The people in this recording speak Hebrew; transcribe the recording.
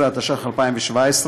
15), התשע"ח,2017.